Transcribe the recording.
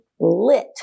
lit